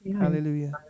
Hallelujah